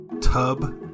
tub